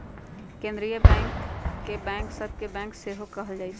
केंद्रीय बैंक के बैंक सभ के बैंक सेहो कहल जाइ छइ